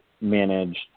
managed